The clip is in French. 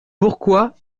pourquoi